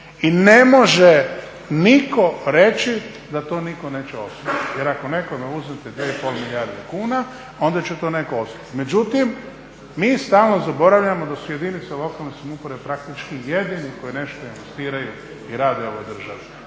I ne može niko reći da to niko neće osjetiti, jer ako nekome uzmete 2,5 milijarde kuna onda će to neko osjetiti. Međutim, mi stalno zaboravljamo da su jedinice lokalne samouprave praktički jedini koji nešto investiraju i rade u ovoj državi.